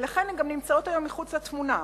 ולכן הן גם נמצאות היום מחוץ לתמונה,